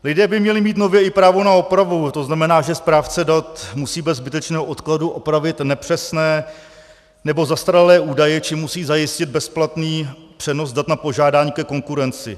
Lidé by měli mít nově i právo na opravu, to znamená, že správce dat musí bez zbytečného odkladu opravit nepřesné nebo zastaralé údaje či musí zajistit bezplatný přenos dat na požádání ke konkurenci.